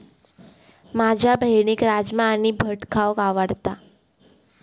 माझ्या बहिणीक राजमा आणि भट खाऊक लय आवडता